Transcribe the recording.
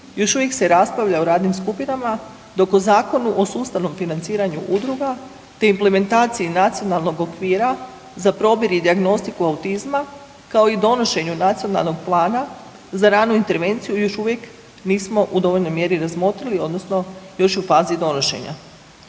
još uvijek se raspravlja o radnim skupinama dok u Zakonu o sustavnom financiranju udruga te implementaciji Nacionalnog okvira za probir i dijagnostiku autizma, kao i donošenju Nacionalnog plana za ranu intervenciju još uvijek nismo u dovoljnoj mjeri razmotrili, odnosno još je u fazi donošenja.